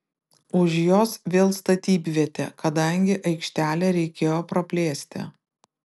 už jos vėl statybvietė kadangi aikštelę reikėjo praplėsti